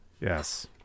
yes